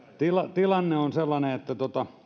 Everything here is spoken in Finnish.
tilanne on sellainen että tässä jutut